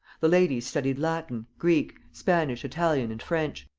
the ladies studied latin, greek, spanish, italian, and french.